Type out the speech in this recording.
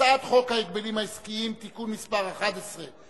הצעת חוק ההגבלים העסקיים (תיקון מס' 11),